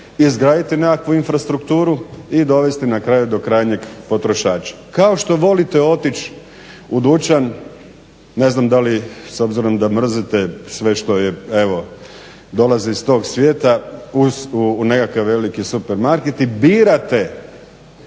izgraditi nekakvu infrastrukturu i dovesti na kraju do krajnjeg potrošača. Kao što volite otići u dućan ne znam da li s obzirom da mrzite sve što je evo dolazi iz tog svijeta uz nekakav veliki supermarket i birate